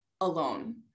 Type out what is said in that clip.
alone